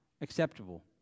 acceptable